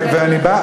גם אני שמעתי.